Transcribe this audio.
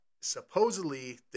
supposedly